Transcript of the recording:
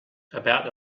about